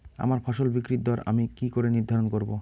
আমার ফসল বিক্রির দর আমি কি করে নির্ধারন করব?